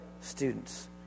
Students